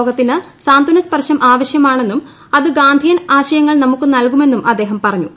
ലോകത്തിന് സാന്ത്വനസ്പർശം ആവശ്യമാണെന്നും അത് ഗാന്ധിയൻ ആശയങ്ങൾ നമുക്ക് നൽകുമെന്നും അദ്ദേഹം പറഞ്ഞു